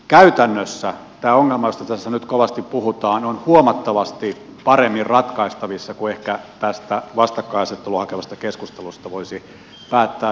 käytännössä tämä ongelma josta tässä nyt kovasti puhutaan on huomattavasti paremmin ratkaistavissa kuin ehkä tästä vastakkainasettelua hakevasta keskustelusta voisi päättää